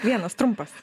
vienas trumpas